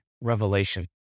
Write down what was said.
revelation